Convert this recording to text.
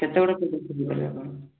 କେତେ ବଡ଼ ଖୋଜୁଛନ୍ତି ତା'ହେଲେ ଆପଣ